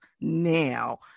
now